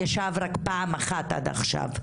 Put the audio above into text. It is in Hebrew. ישב רק פעם אחת עד עכשיו.